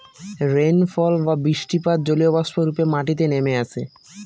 rainfall বা বৃষ্টিপাত জলীয়বাষ্প রূপে মাটিতে নেমে আসে